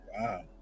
Wow